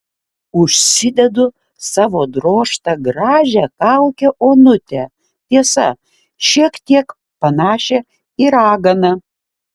užsidedu savo drožtą gražią kaukę onutę tiesa šiek tiek panašią į raganą